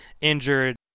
injured